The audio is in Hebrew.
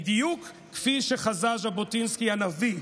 בדיוק כפי שחזה ז'בוטינסקי הנביא,